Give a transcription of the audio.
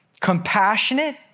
compassionate